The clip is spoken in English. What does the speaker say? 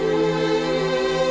or